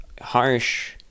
harsh